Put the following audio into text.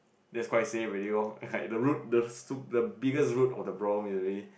that's quite safe already lor like the root the soup the biggest root of problem is already